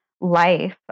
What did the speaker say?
life